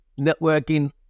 networking